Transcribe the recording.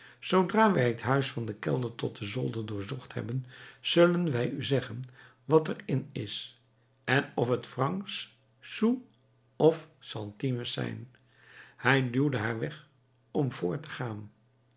zoodra wij het huis van den kelder tot den zolder doorzocht hebben zullen wij u zeggen wat er in is en of het francs sous of centimes zijn en hij duwde haar weg om voort te gaan